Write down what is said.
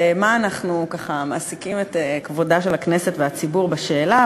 ומה אנחנו ככה מעסיקים את כבודה של הכנסת והציבור בשאלה?